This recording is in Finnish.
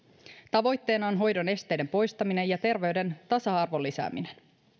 tavoitteena on hoidon esteiden poistaminen ja terveyden tasa arvon lisääminen